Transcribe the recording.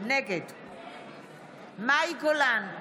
נגד מאי גולן,